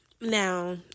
Now